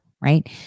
right